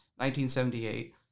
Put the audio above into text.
1978